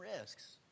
risks